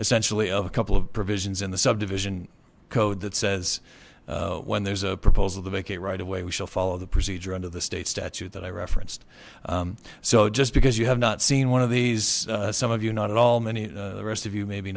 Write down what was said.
essentially of a couple of provisions in the subdivision code that says when there's a proposal to make a right away we shall follow the procedure under the state statute that i referenced so just because you have not seen one of these some of you not at all many the rest of you maybe